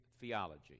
theology